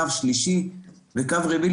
שלישי ורביעי,